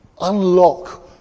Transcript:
unlock